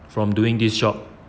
from doing this job